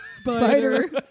Spider